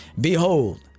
Behold